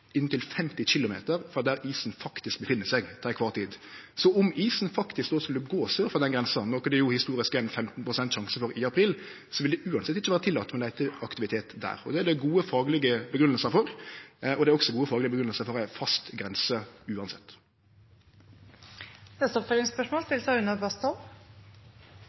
inntil 50 km frå der isen faktisk er til kvar tid. Så om isen faktisk skulle gå sør for den grensa – noko det historisk er 15 pst. sjanse for i april – vil det uansett ikkje vere tillate med leiteaktivitet der. Det er det gode faglege grunngjevingar for, og det er også gode faglege grunngjevingar for ei fast grense, uansett. Une Bastholm – til